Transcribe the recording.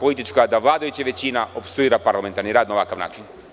politička praksa da vladajuća većina opstruira parlamentarni rad na ovakav način.